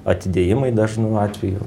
atidėjimai dažnu atveju